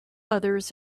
others